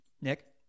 Nick